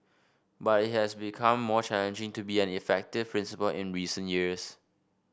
but it has become more challenging to be an effective principal in recent years